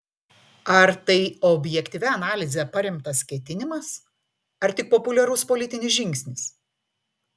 ar tai objektyvia analize paremtas ketinimas ar tik populiarus politinis žingsnis